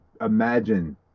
imagine